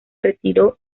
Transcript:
retiró